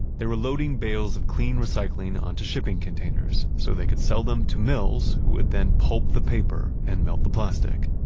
they were loading bales of clean recycling onto shipping containers, so they could sell them to mills, who would then pulp the paper and melt the plastic.